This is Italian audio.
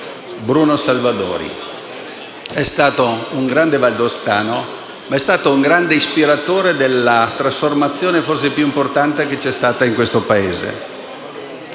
Bruno Salvadori è stato un grande valdostano e un grande ispiratore della trasformazione forse più importante che c’è stata in questo Paese.